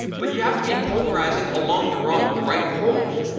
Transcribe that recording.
but you have to be polarizing along the right the right holes.